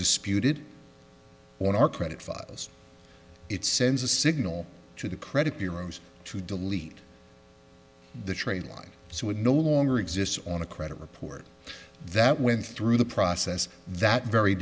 disputed on our credit files it sends a signal to the credit bureaus to delete the trade line so we no longer exists on a credit report that went through the process that very